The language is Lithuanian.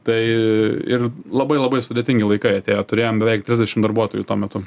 tai ir labai labai sudėtingi laikai atėjo turėjom beveik trisdešim darbuotojų tuo metu